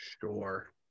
Sure